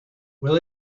will